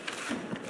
"בהצלחה".